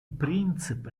принцип